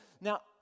Now